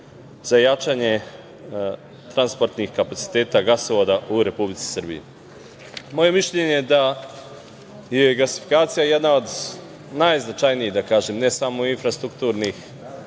za jačanje transportnih kapaciteta gasovoda u Republici Srbiji. Moje mišljenje je da je gasifikacija jedna od najznačajnijih ne samo infrastrukturnih